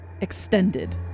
extended